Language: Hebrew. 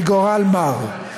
מגורל מר.